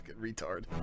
retard